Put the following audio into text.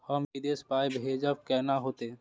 हम विदेश पाय भेजब कैना होते?